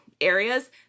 areas